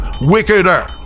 wickeder